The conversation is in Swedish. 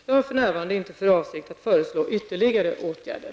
Jag har för närvarande inte för avsikt att föreslå ytterligare åtgärder.